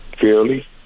fairly